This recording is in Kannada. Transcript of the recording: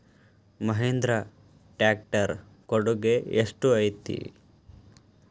ಮಹಿಂದ್ರಾ ಟ್ಯಾಕ್ಟ್ ರ್ ಕೊಡುಗೆ ಎಷ್ಟು ಐತಿ?